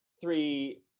three